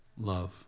love